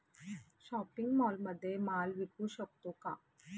Shopping मॉलमध्ये माल विकू शकतो का?